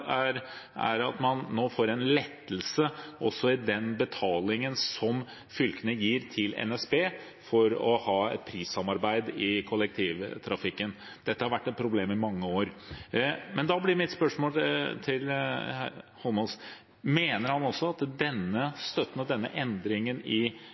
er det at man nå får en lettelse også i den betalingen som fylkene gir til NSB for å ha et prissamarbeid i kollektivtrafikken. Dette har vært et problem i mange år. Da blir mitt spørsmål til Eidsvoll Holmås: Mener han også at denne støtten og denne endringen i